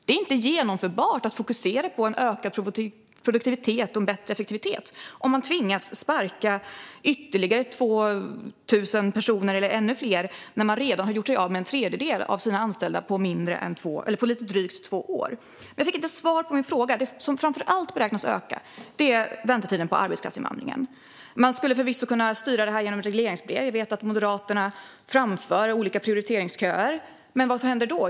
Det är inte genomförbart att fokusera på en ökad produktivitet och en bättre effektivitet om man tvingas sparka ytterligare 2 000 personer eller ännu fler, när man redan har gjort sig av med en tredjedel av sina anställda på lite drygt två år. Jag fick inte svar på min fråga. Det som framför allt beräknas öka är väntetiden för arbetskraftsinvandrare. Man skulle förvisso kunna styra det här genom regleringsbrev, och vi vet att Moderaterna framför olika prioriteringsköer. Men vad händer då?